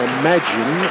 imagine